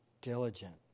diligent